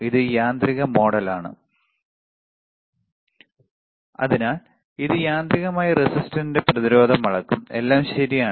ഇത് യാന്ത്രിക മോഡിലാണ് അതിനാൽ ഇത് യാന്ത്രികമായി റെസിസ്റ്ററിന്റെ പ്രതിരോധം അളക്കും എല്ലാം ശരിയാണ്